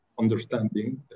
understanding